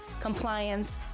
compliance